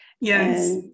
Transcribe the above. Yes